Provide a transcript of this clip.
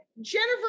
Jennifer